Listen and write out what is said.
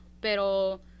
pero